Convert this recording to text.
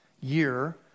year